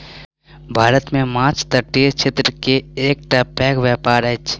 भारत मे माँछ तटीय क्षेत्र के एकटा पैघ व्यापार अछि